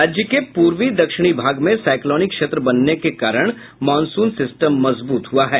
राज्य के पूर्वी दक्षिणी भाग में साइक्लोनिक क्षेत्र बनने के कारण मॉनसून सिस्टम मजबूत हुआ है